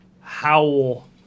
howl